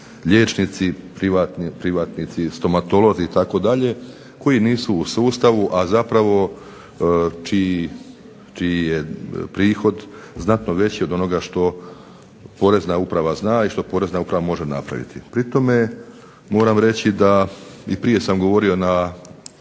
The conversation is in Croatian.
privatni, privatnici, stomatolozi itd. koji nisu u sustavu, a zapravo čiji je prihod znatno veći od onoga što porezna uprava zna i što porezna uprava može napraviti. Pri tome moram reći da i prije sam govorio na,